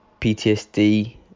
PTSD